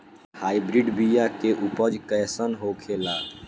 Hybrid बीया के उपज कैसन होखे ला?